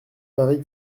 parie